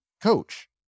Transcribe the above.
coach